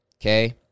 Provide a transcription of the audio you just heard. okay